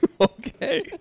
Okay